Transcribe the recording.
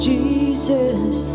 Jesus